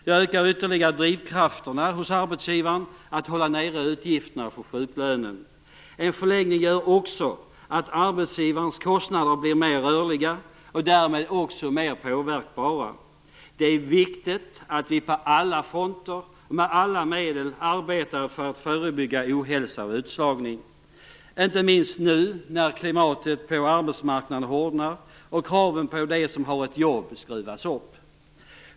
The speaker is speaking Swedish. Det ökar ytterligare drivkrafterna hos arbetsgivaren att hålla nere utgifterna för sjuklönen. En förlängning gör också att arbetsgivarens kostnader blir mer rörliga och därmed också mer påverkbara. Det är viktigt att vi på alla fronter och med alla medel arbetar för att förebygga ohälsa och utslagning. Inte minst gäller det nu när klimatet på arbetsmarknaden hårdnar och kraven på dem som har ett jobb skruvas upp.